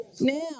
Now